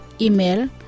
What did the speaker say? Email